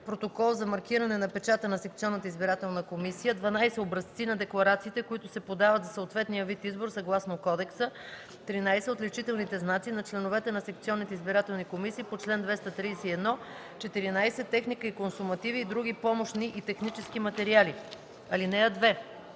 протокол за маркиране на печата на секционната избирателна комисия; 12. образци на декларациите, които се подават за съответния вид избор съгласно кодекса; 13. отличителните знаци на членовете на секционните избирателни комисии по чл. 231; 14. техника и консумативи и други помощни и технически материали. (2)